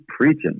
preaching